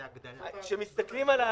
זה הגדלה,